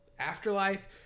afterlife